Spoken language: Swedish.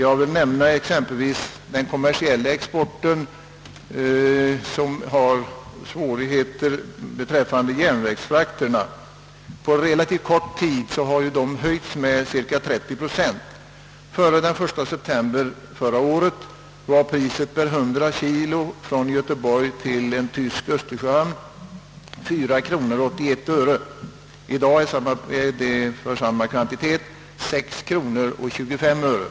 Jag kan som exempel nämna att järnvägsfrakterna för den kommersiella exporten på relativt kort tid har höjts med cirka 30 procent. Före den 1 september förra året var priset för transport per 100 kilo från Göteborg till en tysk östersjöhamn 4 kronor 81 öre, men i dag är det för samma kvantitet 6 kronor 25 öre.